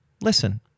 listen